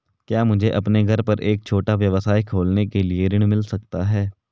क्या मुझे अपने घर पर एक छोटा व्यवसाय खोलने के लिए ऋण मिल सकता है?